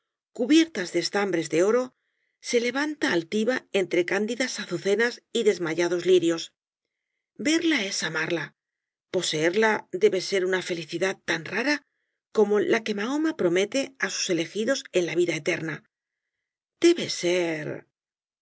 cubiertas de estambres de oro se levanta altiva entre candidas azucenas y desmayados lirios verla es amarla poseerla debe ser una felicidad tan rara como la que mahoma promete á sus elegidos en la eterna vida debe ser